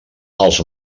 els